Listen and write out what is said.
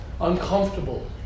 uncomfortable